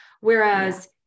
Whereas